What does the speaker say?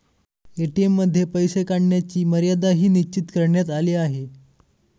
ATM मध्ये पैसे काढण्याची मर्यादाही निश्चित करण्यात आली आहे